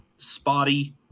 spotty